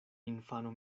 infano